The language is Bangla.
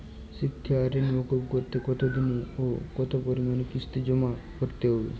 শিক্ষার ঋণ মুকুব করতে কতোদিনে ও কতো পরিমাণে কিস্তি জমা করতে হবে?